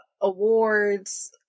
awards